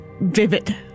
vivid